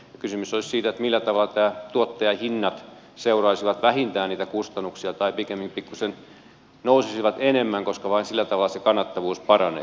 kysymys olisi siitä millä tavalla nämä tuottajahinnat seuraisivat vähintään niitä kustannuksia tai pikemminkin pikkuisen nousisivat enemmän koska vain sillä tavalla se kannattavuus paranee